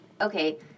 Okay